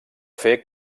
fer